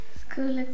school